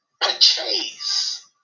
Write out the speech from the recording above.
purchase